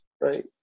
right